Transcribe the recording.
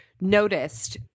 noticed